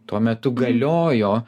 tuo metu galiojo